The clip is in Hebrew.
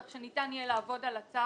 כך שניתן יהיה לעבוד על הצו